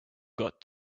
got